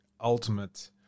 ultimate